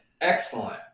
excellent